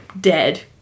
dead